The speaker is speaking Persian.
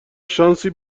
شانسی